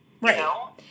Right